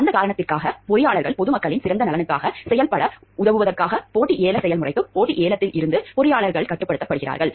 அந்த காரணத்திற்காக பொறியாளர்கள் பொது மக்களின் சிறந்த நலனுக்காக செயல்பட உதவுவதற்காக போட்டி ஏல செயல்முறைக்கு போட்டி ஏலத்தில் இருந்து பொறியாளர்கள் கட்டுப்படுத்தப்படுகிறார்கள்